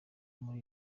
muri